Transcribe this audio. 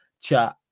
chat